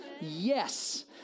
Yes